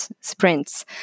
sprints